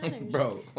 bro